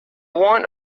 want